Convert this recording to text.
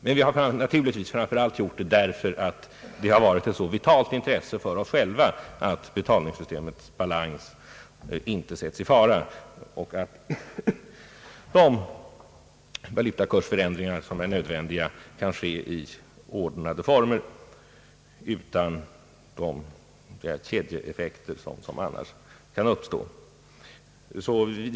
Men vi har naturligtvis gjort det framför allt för att det varit ett så vitalt intresse för oss själva att betalningssystemets balans inte sätts i fara och att de valutakursförändringar, som är nödvändiga, kan ske i ordnade former utan de kedjeeffekter som annars kan uppstå.